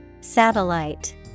Satellite